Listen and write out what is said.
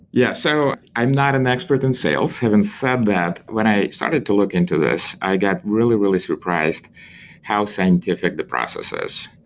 yeah. so, i'm not an expert in sales. having said that, when i started to look into this, i got really, really surprised how scientific the process is.